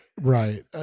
right